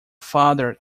father